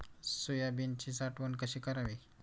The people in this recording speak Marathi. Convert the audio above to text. सोयाबीनची साठवण कशी करावी?